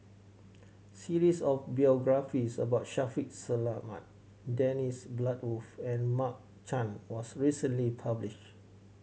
series of biographies about Shaffiq Selamat Dennis Bloodworth and Mark Chan was recently published